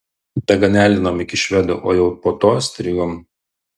daganialinom iki švedų o jau po to strigom